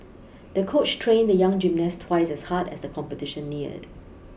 the coach trained the young gymnast twice as hard as the competition neared